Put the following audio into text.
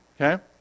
Okay